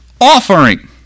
offering